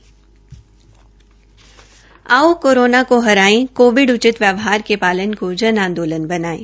आओ कोरोना को हराए कोविड उचित व्यवहार के पालन को जन आंदोलन बनायें